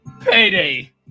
Payday